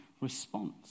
response